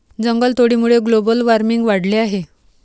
जंगलतोडीमुळे global warming वाढले आहे